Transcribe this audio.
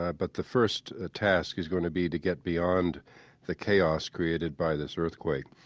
ah but the first ah task is going to be to get beyond the chaos created by this earthquake.